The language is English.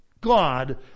God